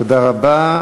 תודה רבה.